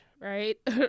right